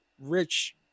rich